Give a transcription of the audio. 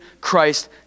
Christ